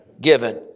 given